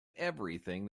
everything